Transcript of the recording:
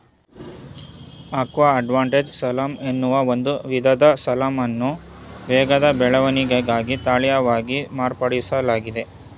aqua advantage salmon ಎನ್ನುವ ಒಂದು ವಿಧದ ಸಾಲ್ಮನನ್ನು ವೇಗದ ಬೆಳವಣಿಗೆಗಾಗಿ ತಳೀಯವಾಗಿ ಮಾರ್ಪಡಿಸ್ಲಾಗಿದೆ